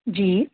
जी